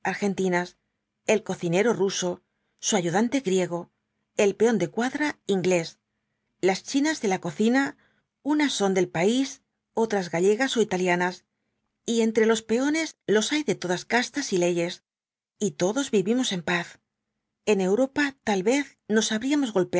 argentinas el cocinero ruso su ayudante griego el peón de cuadra inglés las chinas de la cocina unas son del país otras gallegas ó italianas y entre los peones los hay de todas castas y leyes jy todos vivimos en paz en europa tal vez nos habríamos